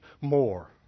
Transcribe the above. more